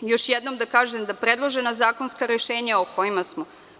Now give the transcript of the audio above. Još jednom da kažem da predložena zakonska rešenja o